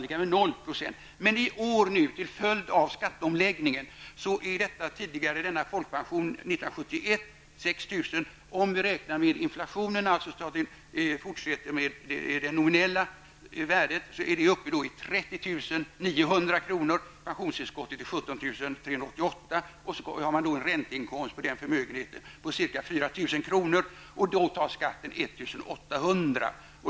år 1971 har i år om vi räknar med inflationen, det nominella värdet 30 900 kr. Pensionstillskottet är 17 388 kr. Sedan tillkommer en ränteinkomst på förmögenheten på ca 4 000 kr., och skatten blir då 1 800 kr.